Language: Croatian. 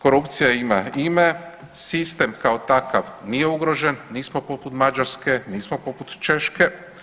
Korupcija ima ime, sistem kao takav nije ugrožen, nismo poput Mađarske, nismo poput Češke.